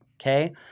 Okay